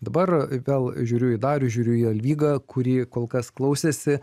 dabar vėl žiūriu į darių žiūriu į alvygą kurie kol kas klausėsi